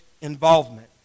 involvement